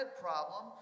problem